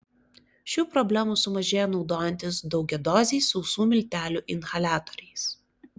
šių problemų sumažėja naudojantis daugiadoziais sausų miltelių inhaliatoriais